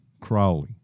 Crowley